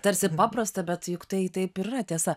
tarsi paprasta bet juk tai taip ir yra tiesa